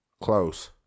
Close